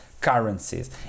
currencies